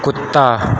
कुत्ता